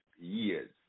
years